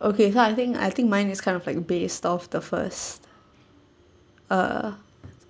okay so I think I think mine is kind of like base stop the first uh